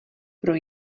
pro